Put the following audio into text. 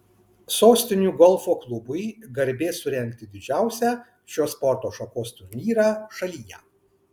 sostinių golfo klubui garbė surengti didžiausią šios sporto šakos turnyrą šalyje